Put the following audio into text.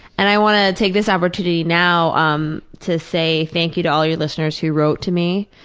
and i want to take this opportunity now um to say thank you to all your listeners who wrote to me.